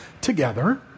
together